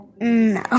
No